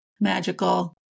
Magical